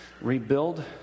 Rebuild